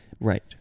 right